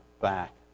back